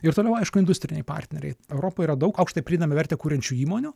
ir toliau aišku industriniai partneriai europoj yra daug aukštą pridemą vertę kuriančių įmonių